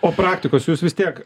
o praktikos jūs vis tiek